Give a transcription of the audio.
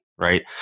right